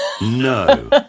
No